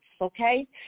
okay